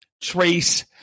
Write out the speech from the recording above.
trace